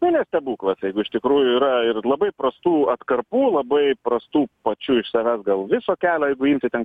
ten ne stebuklas jeigu iš tikrųjų yra ir labai prastų atkarpų labai prastų pačių iš savęs gal viso kelio jeigu imti ten